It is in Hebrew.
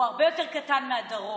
הרבה יותר קטן מהדרום